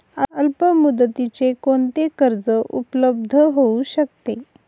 अल्पमुदतीचे कोणते कर्ज उपलब्ध होऊ शकते?